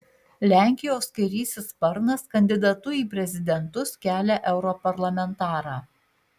lenkijos kairysis sparnas kandidatu į prezidentus kelia europarlamentarą